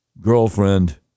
girlfriend